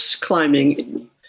climbing